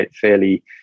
fairly